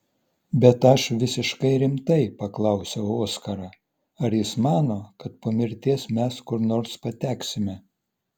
bet aš visiškai rimtai paklausiau oskarą ar jis mano kad po mirties mes kur nors pateksime